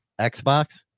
Xbox